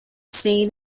seen